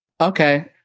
Okay